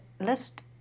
list